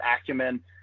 acumen